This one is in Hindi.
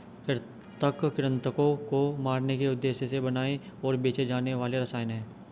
कृंतक कृन्तकों को मारने के उद्देश्य से बनाए और बेचे जाने वाले रसायन हैं